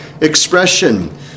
expression